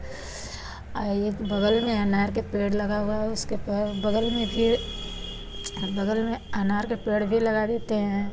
एक बगल में अनार के पेड़ लगा हुआ है उसके पर बगल में फिर बगल में अनार का पेड़ भी लगा देते हैं